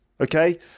okay